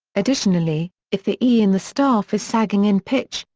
additionally, if the e in the staff is sagging in pitch,